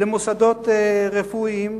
למוסדות רפואיים,